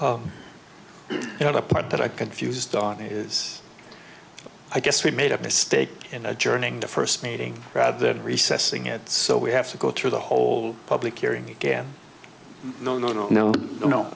the part that i confused on is i guess we made a mistake in adjourning the first meeting rather recessing it so we have to go through the whole public hearing again no no no no no